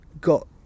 got